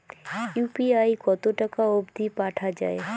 UPI কতো টাকা অব্দি পাঠা যায়?